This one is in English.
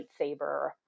lightsaber